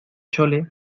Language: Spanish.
chole